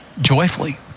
Joyfully